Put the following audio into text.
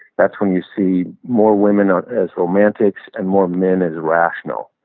that's when you see more women ah as romantics and more men as rational.